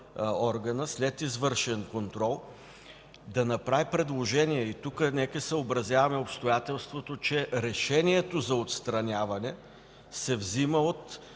органа след извършен контрол да направи предложение. И тук нека съобразяваме обстоятелството, че решението за отстраняване се взема от